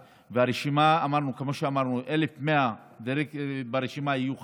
כמו שאמרנו, 1,100 ברשימה יהיו חדשים,